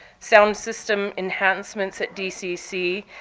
sound system enhancements at dcc,